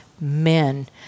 men